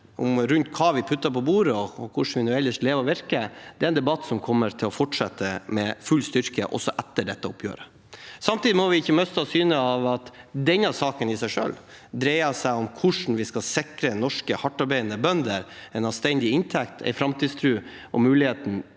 hva vi setter på bordet, og hvordan vi ellers lever og virker, er en debatt som kommer til å fortsette med full styrke også etter dette oppgjøret. Samtidig må vi ikke miste av syne at denne saken i seg selv dreier seg om hvordan vi skal sikre norske, hardtarbeidende bønder en anstendig inntekt, framtidstro og muligheten